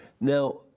Now